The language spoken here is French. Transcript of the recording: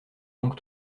donc